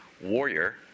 warrior